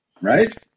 Right